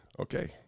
Okay